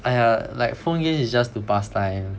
!aiya! like phone games it's just to pass time